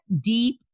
deep